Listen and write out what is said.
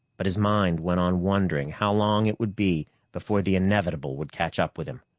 but his mind went on wondering how long it would be before the inevitable would catch up with him.